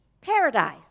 paradise